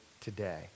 today